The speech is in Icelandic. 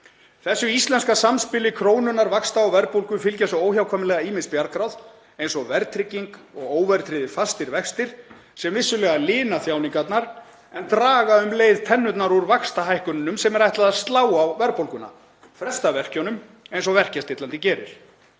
Þessu íslenska samspili krónunnar, vaxta og verðbólgu fylgja svo óhjákvæmilega ýmis bjargráð eins og verðtrygging og óverðtryggðir fastir vextir sem vissulega lina þjáningarnar en draga um leið tennurnar úr vaxtahækkununum sem er ætlað að slá á verðbólguna, fresta verkjunum eins og verkjastillandi gerir.